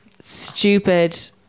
stupid